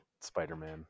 Spider-Man